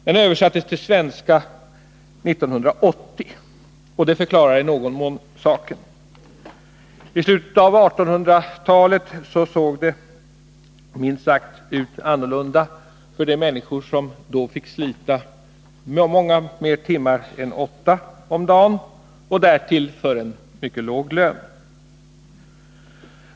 Den översattes till svenska 1980, och det förklarar i någon mån saken. Vid slutet av 1880-talet såg det minst sagt annorlunda ut för de människor som då fick slita — det var många fler arbetstimmar då än åtta om dagen — och därtill för en mycket låg lön.